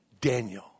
Daniel